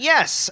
Yes